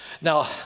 Now